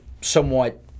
somewhat